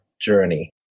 journey